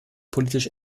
politisch